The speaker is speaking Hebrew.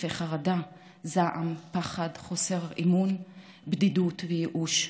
התקפי חרדה, זעם, פחד, חוסר אמון, בדידות וייאוש.